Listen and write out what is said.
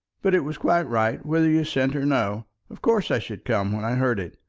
but it was quite right, whether you sent or no. of course i should come when i heard it.